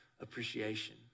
appreciation